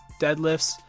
deadlifts